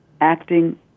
acting